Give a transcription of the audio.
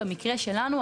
במקרה שלנו,